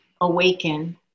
awaken